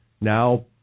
now